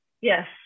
Yes